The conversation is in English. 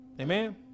Amen